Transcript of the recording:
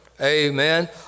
amen